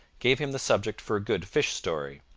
gave him the subject for a good fish story.